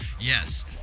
Yes